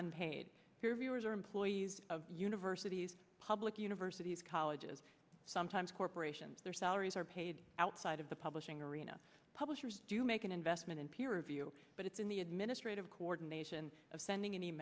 unpaid viewers are employees of universities public universities colleges sometimes corporations their salaries are paid outside of the publishing arena publishers do you make an investment in peer review but it's in the administrative coordination of sending an